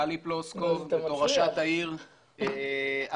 טלי פלוסקוב בתור ראשת העיר הקודמת